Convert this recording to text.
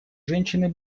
женщины